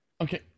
Okay